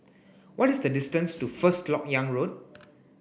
what is the distance to First Lok Yang Road